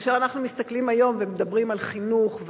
כאשר אנחנו מסתכלים היום ומדברים על חינוך,